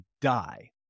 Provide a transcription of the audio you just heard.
die